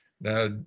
Now